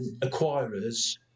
acquirers